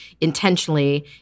intentionally